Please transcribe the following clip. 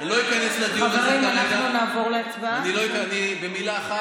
אני לא איכנס לדיון הזה, אתה לא מבין מה אתה